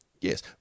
yes